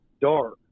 dark